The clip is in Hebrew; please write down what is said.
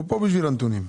אנחנו פה בשביל הנתונים.